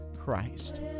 Christ